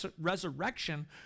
resurrection